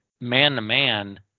man-to-man